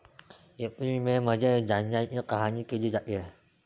April May मध्ये गांजाची काढणी केली जाते